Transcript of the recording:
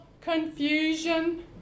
confusion